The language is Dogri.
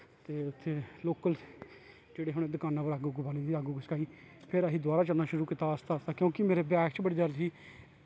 ते उत्थें लोकल जेह्ड़े हे दकाना उप्पर अग्ग उग्ग बाली दी ही अग्ग उग्ग सकाई फिर असें दबारा चलना शुरू कीता आस्ता आस्ता क्योंकि मेरे पैर च बड़ी दर्द ही